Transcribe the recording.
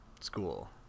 school